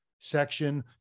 section